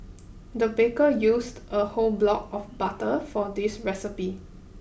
the baker used a whole block of butter for this recipe